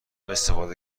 استفاده